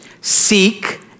Seek